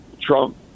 Trump